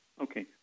Okay